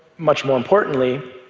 much more importantly,